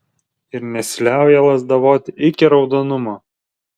ir nesiliauja lazdavoti iki raudonumo